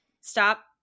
stop